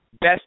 best